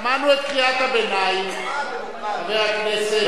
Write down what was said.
שמענו את קריאת הביניים, חברי הכנסת.